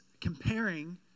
comparing